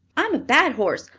i'm a bad horse,